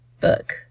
book